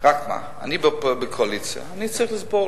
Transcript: רק מה, אני בקואליציה, אני צריך לסבול.